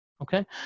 okay